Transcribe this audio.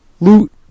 Loot